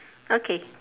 okay